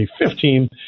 2015